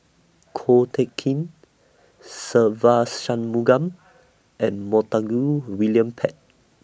Ko Teck Kin Se Ve Shanmugam and Montague William Pett